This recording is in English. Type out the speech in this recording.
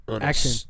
Action